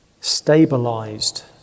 stabilized